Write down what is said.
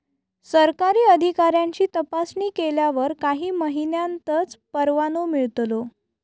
सरकारी अधिकाऱ्यांची तपासणी केल्यावर काही महिन्यांतच परवानो मिळतलो